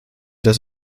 das